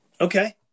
Okay